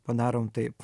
padarom taip